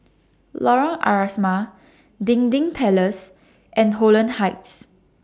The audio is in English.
Lorong Asrama Dinding Palace and Holland Heights